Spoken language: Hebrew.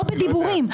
לא בדיבורים.